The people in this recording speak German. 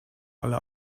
alle